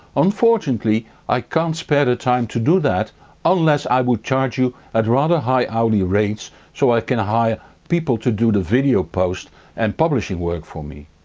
unfortunately i can't spare the time to do that unless i would charge you at rather high hourly rates so i can hire people to do the video post and publishing work for me.